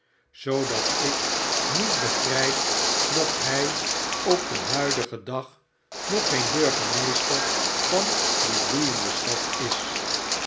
zoodat ik niet begryp dat hy op den huidigen dag nog geen biirgemeester van die bloeiende stad is